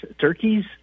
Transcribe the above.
turkeys